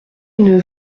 une